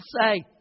say